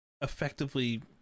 effectively